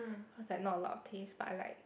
cause like not a lot of taste but like